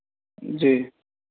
जी